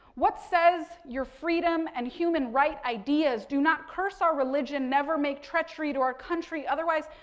what says your freedom and human right ideas, do not curse our religion, never make treachery to our country. otherwise,